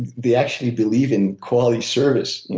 they actually believe in quality service.